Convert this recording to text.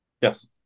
Yes